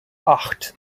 acht